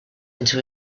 into